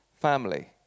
family